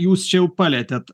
jūs čia jau palietėt